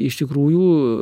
iš tikrųjų